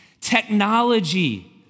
technology